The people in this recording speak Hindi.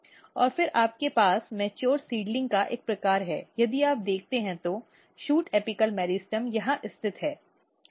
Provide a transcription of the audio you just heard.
और फिर आपके पास परिपक्व सीड्लिंग का एक प्रकार है यदि आप देखते हैं तो शूट एपिअल मेरिस्टेम यहां स्थित है